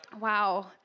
Wow